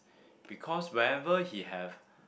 because wherever he have